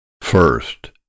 First